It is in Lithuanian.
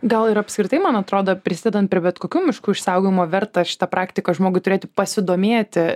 gal ir apskritai man atrodo prisidedant prie bet kokių miškų išsaugojimo verta šitą praktiką žmogui turėtų pasidomėti